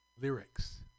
lyrics